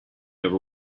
over